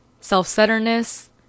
self-centeredness